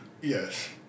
yes